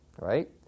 Right